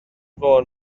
fôn